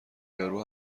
یارو